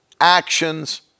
actions